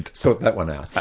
sort that one out.